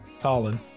Colin